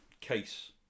case